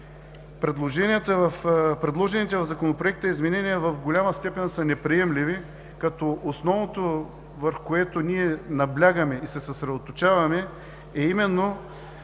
Предложените в Законопроекта изменения в голяма степен са неприемливи като основното, върху което наблягаме и се съсредоточаваме, е именно